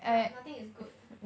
no~ nothing is good ah